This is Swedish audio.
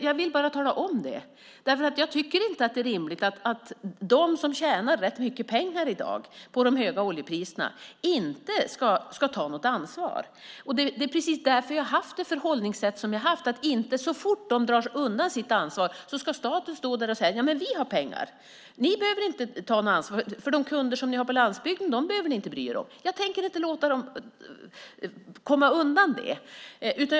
Jag tycker inte att det är rimligt att de som tjänar rätt mycket pengar på de höga oljepriserna inte ska ta något ansvar. Det är därför jag har haft det förhållningssätt som jag har haft. När de drar undan sitt ansvar ska inte staten säga: Vi har pengar. Ni behöver inte ta något ansvar. De kunder som ni har på landsbygden behöver ni inte bry er om. Jag tänker inte låta dem komma undan ansvar.